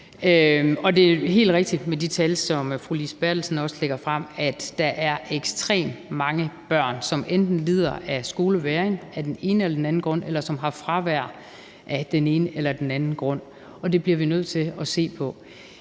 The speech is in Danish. Det er helt rigtigt med de tal, som fru Lise Bertelsen også lægger frem, at der er ekstremt mange børn, som enten lider af skolevægring af den ene eller den anden grund, eller som har fravær af den ene eller den anden grund, og det bliver vi nødt til at se på.